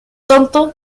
tonto